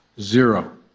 zero